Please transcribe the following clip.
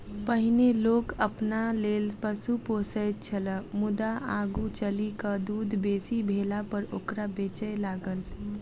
पहिनै लोक अपना लेल पशु पोसैत छल मुदा आगू चलि क दूध बेसी भेलापर ओकरा बेचय लागल